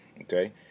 Okay